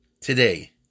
today